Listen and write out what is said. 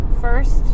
First